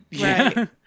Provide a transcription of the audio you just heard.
Right